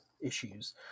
issues